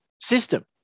system